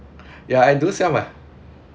ya I do sell my